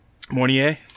Mornier